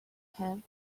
him